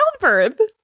childbirth